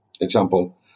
Example